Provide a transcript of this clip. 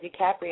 DiCaprio